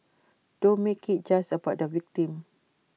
don't make IT just about the victim